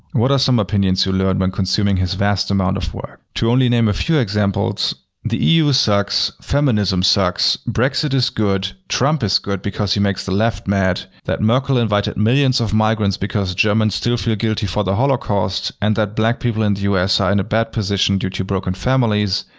what are some opinions you learn when consuming his vast amount of work? to only name a few examples the eu sucks, feminism sucks, brexit is good, trump is good because he makes the left mad, that merkel invited millons of migrants because germans still feel guilty for the holocaust, and that black people in the us are in a bad position due to broken families,